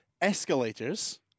escalators